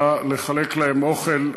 בא לחלק להם אוכל,